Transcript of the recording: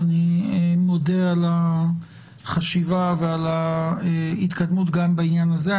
אני מודה על החשיבה ועל ההתקדמות גם בעניין הזה.